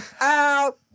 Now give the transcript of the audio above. Out